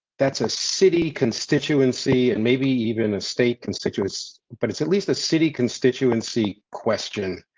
that's a city constituency and maybe even a state constituents, but it's at least a city constituency question.